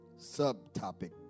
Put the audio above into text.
subtopic